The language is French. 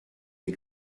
les